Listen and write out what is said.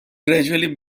gradually